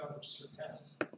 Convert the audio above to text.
surpasses